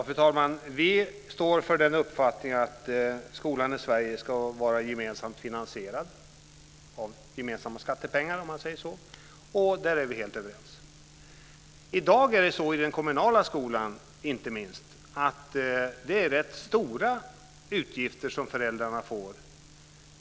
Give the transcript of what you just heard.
Fru talman! Vi står för uppfattningen att skolan i Sverige ska vara gemensamt finansierad av gemensamma skattepengar. Där är vi helt överens. I dag är det så inte minst i den kommunala skolan att det är rätt stora utgifter som föräldrarna får.